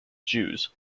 jews